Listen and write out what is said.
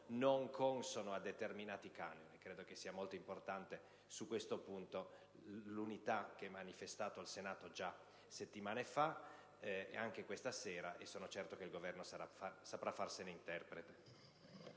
non consono a determinati canoni. Credo che sia molto importante su questo punto l'unità che ha manifestato il Senato già settimane fa e questa sera, e sono certo che il Governo saprà farsene interprete.